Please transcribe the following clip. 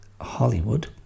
Hollywood